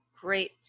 great